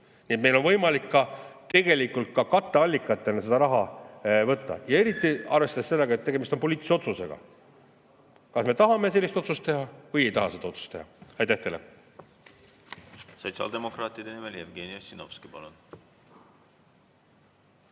Nii et meil on võimalik tegelikult ka katteallikatena seda raha võtta, eriti arvestades sellega, et tegemist on poliitilise otsusega, kas me tahame sellist otsust teha või ei taha seda otsust teha. Aitäh teile!